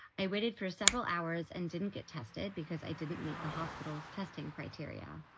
i waited for several hours and didn't get tested because i didn't meet the hospital's testing criteria.